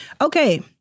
Okay